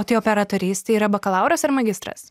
o tai operatorystė yra bakalauras ar magistras